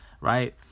right